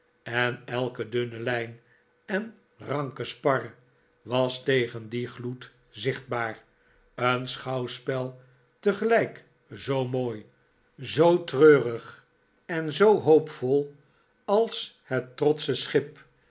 en elke dunne lijn en ranke spar was tegen dien gloed zichtbaar een schouwspel tegelijk zoo mooi zoo treurig en zoo hoopvol als het trotsche schip